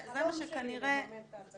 החלום שלי הוא לממן את ההצגות האלו.